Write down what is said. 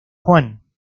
juan